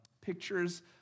pictures